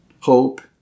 hope